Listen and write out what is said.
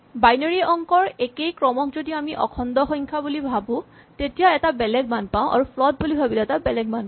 binary অংকৰ একেই ক্ৰমক যদি আমি অখণ্ড সংখ্যা বুলি ভাৱো তেতিয়া এটা বেলেগ মান পাওঁ আৰু ফ্লট বুলি ভাৱিলে এটা বেলেগ মান পাম